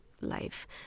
life